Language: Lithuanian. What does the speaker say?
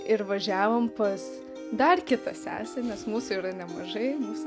ir važiavom pas dar kitą sesę nes mūsų yra nemažai mūsų